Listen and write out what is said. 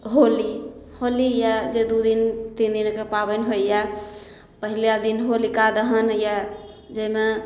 होली होली यऽ जे दू दिन तीन दिनका पाबनि होइए पहिला दिन होलिका दहन होइए जाहिमे